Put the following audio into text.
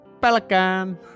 Pelican